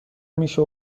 میشه